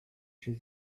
chez